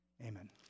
Amen